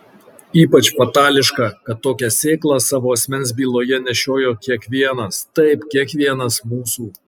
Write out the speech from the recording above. ypač fatališka kad tokią sėklą savo asmens byloje nešiojo kiekvienas taip kiekvienas mūsų